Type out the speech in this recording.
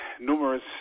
numerous